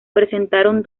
presentaron